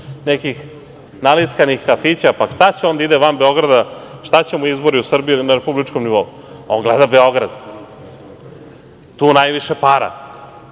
nekih nalickanih kafića, pa šta će on da ide van Beograda, šta će mu izbori u Srbiji na republičkom nivou. On gleda Beograd. Tu je najviše para,